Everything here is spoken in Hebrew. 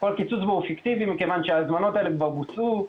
כל קיצוץ בו הוא פיקטיבי מכיוון שההזמנות האלה כבר בוצעו,